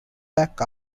back